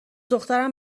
دخترم